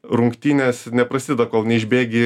rungtynės neprasideda kol neišbėgi